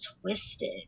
twisted